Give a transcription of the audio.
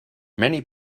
many